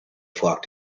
flock